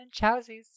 chowsies